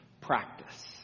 practice